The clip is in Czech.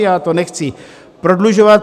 Já to nechci prodlužovat.